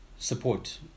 support